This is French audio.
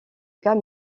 cas